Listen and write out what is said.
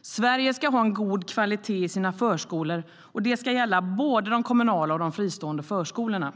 Sverige ska ha en god kvalitet i sina förskolor, och det ska gälla både de kommunala och de fristående förskolorna.